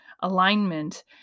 alignment